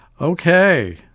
Okay